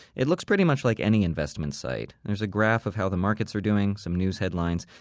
it looks pretty much like any investment site. there's a graph of how the markets are doing. some news headlines.